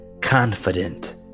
confident